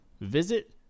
visit